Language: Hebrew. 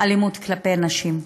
אלימות כלפי נשים.